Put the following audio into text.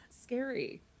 scary